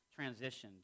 transitioned